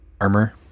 armor